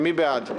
מי בעד?